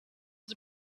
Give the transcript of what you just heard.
was